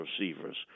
receivers